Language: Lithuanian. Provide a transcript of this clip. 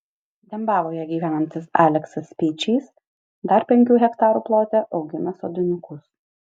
dembavoje gyvenantis aleksas speičys dar penkių hektarų plote augina sodinukus